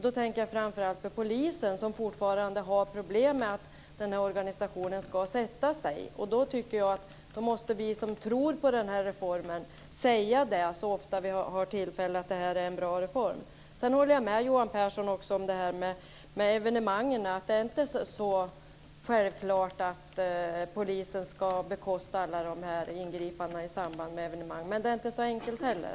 Då tänker jag framför allt på polisen som fortfarande har problem med att denna reform ska så att säga sätta sig. Då tycker jag att vi som tror på den här reformen så ofta vi har tillfälle måste säga att det är en bra reform. Sedan håller jag också med Johan Pehrson om det som han sade om evenemangen, nämligen att det inte är så självklart att polisen ska bekosta alla ingripanden i samband med evenemang. Men det är inte så enkelt heller.